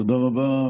תודה רבה,